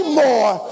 more